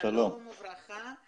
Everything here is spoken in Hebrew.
שלום וברכה.